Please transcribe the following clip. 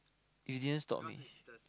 you didn't stop me